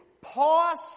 pause